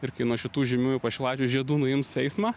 ir kai nuo šitų žymiųjų pašilaičių žiedų nuims eismą